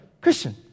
Christian